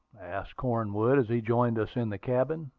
asked cornwood, as he joined us in the cabin.